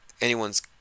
anyone's